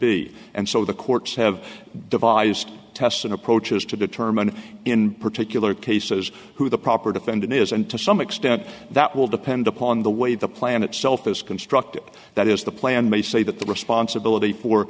be and so the courts have devised tests and approaches to determine in particular cases who the proper defendant is and to some extent that will depend upon the way the plan itself is constructed that is the plan may say that the responsibility for